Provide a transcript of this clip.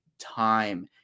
time